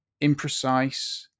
imprecise